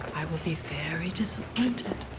i will be very disappointed.